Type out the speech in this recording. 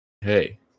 hey